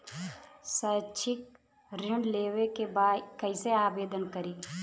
शैक्षिक ऋण लेवे के बा कईसे आवेदन करी?